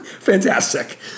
fantastic